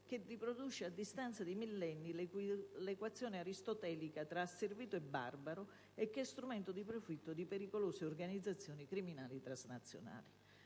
che riproduce a distanza di millenni l'equazione aristotelica tra asservito e barbaro e che è strumento di profitto di pericolose organizzazioni criminali transnazionali.